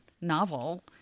novel